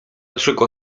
czego